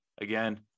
Again